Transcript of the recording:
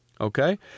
Okay